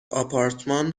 آپارتمان